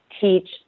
teach